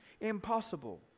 Impossible